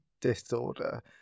disorder